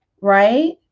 Right